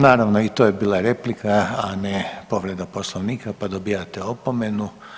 Naravno, i to je bila replika, a ne povreda Poslovnika pa dobijate opomenu.